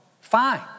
fine